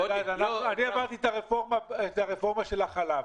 טל, אני עברתי את הרפורמה של החלב